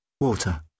Water